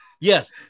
yes